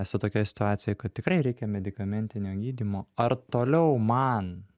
esu tokioj situacijoj kad tikrai reikia medikamentinio gydymo ar toliau man